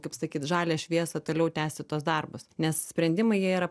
kaip sakyt žalią šviesą toliau tęsti tuos darbus nes sprendimai jie yra